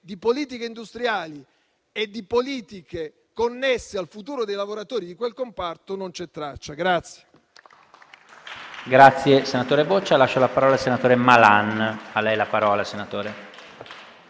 di politiche industriali e di politiche connesse al futuro dei lavoratori di quel comparto non c'è traccia.